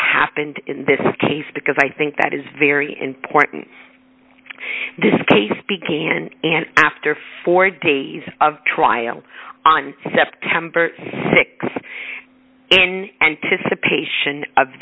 happened in this case because i think that is very important in this case began and after four days of trial on september th in anticipation of